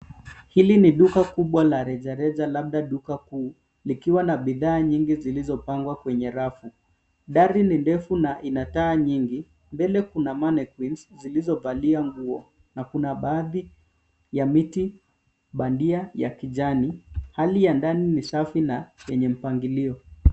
Hili ni duka kubwa la reja reja labda duka kuu likiwa na bidhaa nyingi zilizopangwa kwenye rafu. Dari ni ndefu na ina taa nyingi. Mbele kuna mannequins zilizovalia nguo na kuna baadhi ya miti bandia ya kijani. Hali ya ndani ni safi na yenye mpangilio.